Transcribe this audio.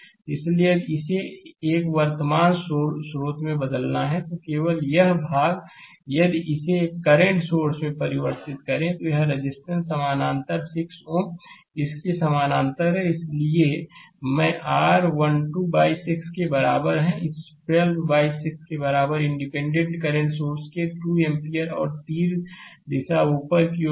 इसलिए यदि इसे एक वर्तमान स्रोत में बदलना है तो केवल यह भाग यदि इसे एक करंट सोर्स में परिवर्तित करें और एक रेजिस्टेंस समानांतर 6 Ω इसके समानांतर है इसलिए मैं r 12 बाइ 6 के बराबर है इस 12 बाइ 6 के बराबर है इंडिपेंडेंट करंट सोर्स के 2 एम्पीयर आर तीर दिशा ऊपर की ओर होगी